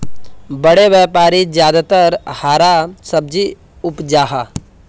बड़े व्यापारी ज्यादातर हरा सब्जी उपजाहा